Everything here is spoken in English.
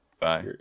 Bye